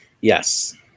Yes